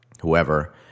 whoever